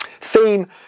theme